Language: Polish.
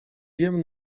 wiem